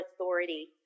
authority